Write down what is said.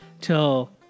till